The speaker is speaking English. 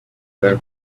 grown